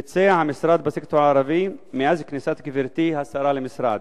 ביצע המשרד בסקטור הערבי מאז כניסת גברתי השרה למשרד?